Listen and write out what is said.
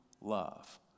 love